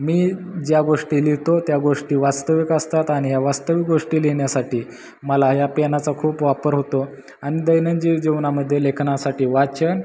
मी ज्या गोष्टी लिहितो त्या गोष्टी वास्तविक असतात आणि या वास्तविक गोष्टी लिहिण्यासाठी मला या पेनाचा खूप वापर होतो आणि दैनंदिन जीवनामध्ये लेखनासाठी वाचन